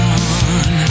on